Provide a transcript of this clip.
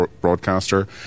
broadcaster